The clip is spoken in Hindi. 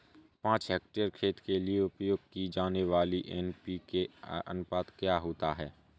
पाँच हेक्टेयर खेत के लिए उपयोग की जाने वाली एन.पी.के का अनुपात क्या होता है?